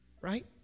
right